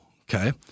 Okay